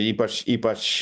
ypač ypač